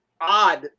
odd